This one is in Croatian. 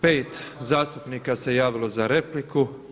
Pet zastupnika se javilo za repliku.